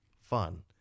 fun